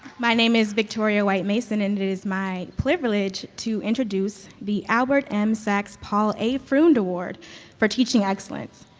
my name is victoria white-mason and it is my privilege to introduce the albert m. sacks-paul a. freund award for teaching excellence.